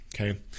okay